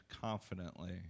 confidently